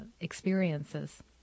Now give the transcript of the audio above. experiences